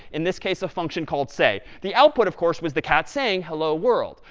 in this case, a function called say. the output, of course, was the cat saying hello, world.